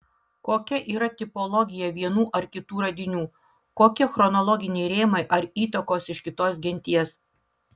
kokia yra tipologija vienų ar kitų radinių kokie chronologiniai rėmai ar įtakos iš kitos genties